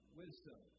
wisdom